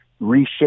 reshape